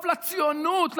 טוב לציונות,